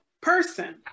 person